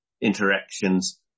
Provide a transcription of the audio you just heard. interactions